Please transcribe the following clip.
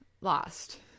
lost